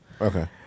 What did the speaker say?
Okay